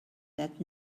that